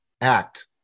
act